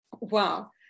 wow